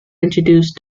introduced